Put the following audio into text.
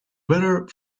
weather